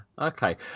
Okay